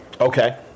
Okay